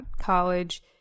college